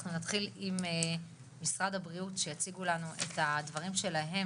אנחנו נתחיל עם משרד הבריאות שיציגו לנו את הדברים שלהם